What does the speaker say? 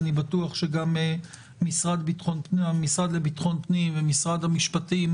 אני בטוח שגם המשרד לביטחון פנים, משרד המשפטים